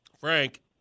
Frank